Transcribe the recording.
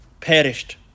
perished